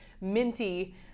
minty